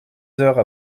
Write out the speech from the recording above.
heures